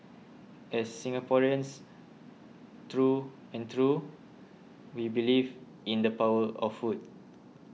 as Singaporeans through and through we believe in the power of food